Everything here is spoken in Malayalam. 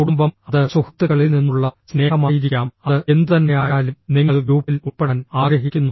കുടുംബം അത് സുഹൃത്തുക്കളിൽ നിന്നുള്ള സ്നേഹമായിരിക്കാം അത് എന്തുതന്നെയായാലും നിങ്ങൾ ഗ്രൂപ്പിൽ ഉൾപ്പെടാൻ ആഗ്രഹിക്കുന്നു